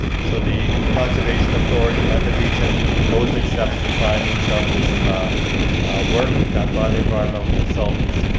so the conservation authority and the region both accepts the findings of this work done by the environmental consultants,